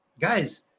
guys